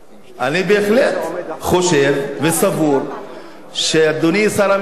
אני בהחלט חושב וסבור שלאדוני שר המשפטים